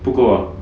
不够 ah